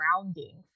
grounding